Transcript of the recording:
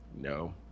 No